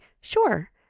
Sure